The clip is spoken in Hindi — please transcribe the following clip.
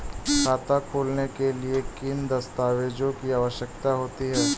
खाता खोलने के लिए किन दस्तावेजों की आवश्यकता होती है?